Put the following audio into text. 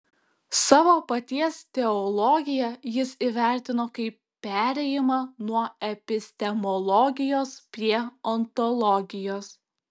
savo paties teologiją jis įvertino kaip perėjimą nuo epistemologijos prie ontologijos